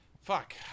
Fuck